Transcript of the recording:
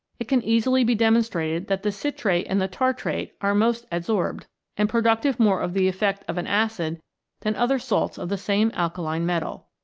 it can easily be demonstrated that the citrate and the tartrate are most adsorbed and productive more of the effect of an acid than other salts of the same alkaline metal.